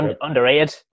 underrated